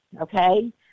okay